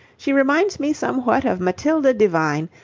she reminds me somewhat of matilda devine,